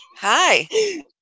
Hi